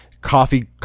coffee